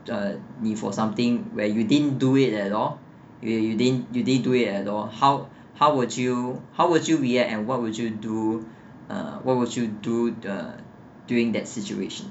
你 for something where you didn't do it at all eh you didn't you they do it at all how how would you how would you react and what would you do what would you do uh during that situation